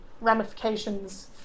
ramifications